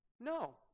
no